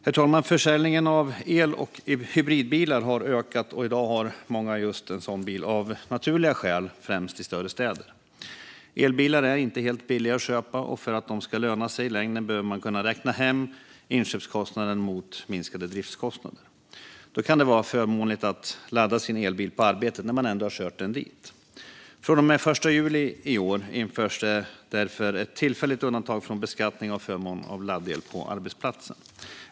Herr talman! Försäljningen av el och hybridbilar har ökat, och i dag har många just en sådan bil, av naturliga skäl främst i större städer. Elbilar är inte helt billiga att köpa, och för att de ska löna sig i längden behöver man kunna räkna hem inköpskostnaden mot minskade driftskostnader. Då kan det vara förmånligt att ladda sin elbil på arbetet när man ändå har kört den dit. Från den 1 juli i år införs det därför ett tillfälligt undantag från beskattning av förmån av laddel på arbetsplatsen.